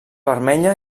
vermella